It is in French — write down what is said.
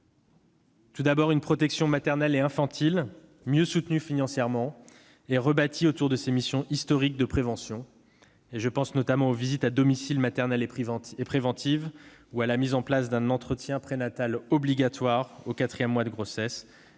d'une part, une protection maternelle et infantile mieux soutenue financièrement et rebâtie autour de ses missions historiques de prévention- je pense notamment aux visites à domicile maternelles et préventives ou à la mise en place d'un entretien prénatal obligatoire au quatrième mois de grossesse,